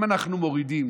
אם אנחנו מורידים